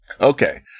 Okay